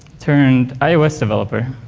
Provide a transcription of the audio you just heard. turned ios developer